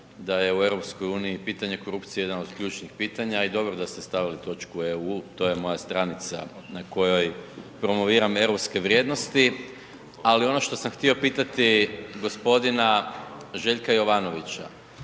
da je u EU pitanje korupcije jedan od ključnih pitanja i dobro da ste stavili točku EU to je moja stranica na kojoj promoviram europske vrijednosti, ali ono što sam htio pitati gospodina Željka Jovanovića.